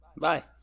bye